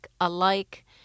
alike